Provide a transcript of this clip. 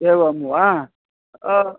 एवं वा